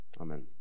Amen